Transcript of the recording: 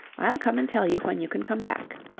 i'll come and tell you when you can come back.